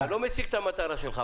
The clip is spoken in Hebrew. אתה לא משיג את המטרה שלך.